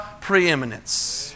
preeminence